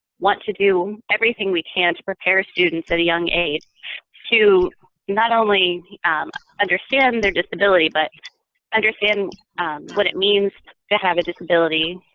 want to do everything we can to prepare students at a young age to not only um understand their disability but understand what it means to have a disability,